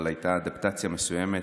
אבל הייתה אדפטציה מסוימת,